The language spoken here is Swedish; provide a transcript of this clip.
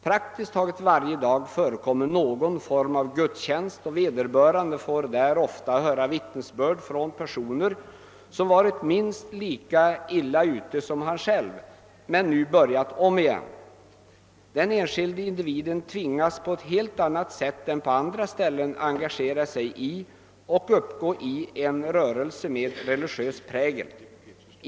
Praktiskt taget varje dag förekommer någon form av gudstjänst, och vederbörande får där ofta höra vittnesbörd från personer som varit minst lika illa ute som han själv men nu börjat om igen. Den enskilde individen tvingas på ett helt annat sätt än på andra ställen engagera sig i, och uppgå i, en rörelse med religiös prägel.